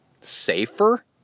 safer